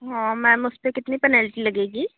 हाँ मैम उस पर कितनी पेनल्टी लगेगी